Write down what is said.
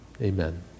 Amen